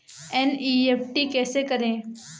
NEFT कैसे करें?